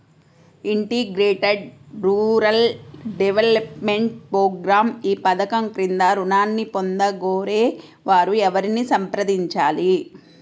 Integrated rural development program ఈ పధకం క్రింద ఋణాన్ని పొందగోరే వారు ఎవరిని సంప్రదించాలి?